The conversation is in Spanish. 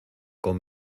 con